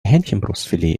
hähnchenbrustfilet